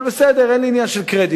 אבל בסדר, אין לי עניין של קרדיט.